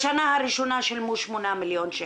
בשנה הראשונה שילמו שמונה מיליון שקל,